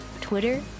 Twitter